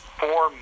four